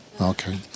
Okay